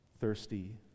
thirsty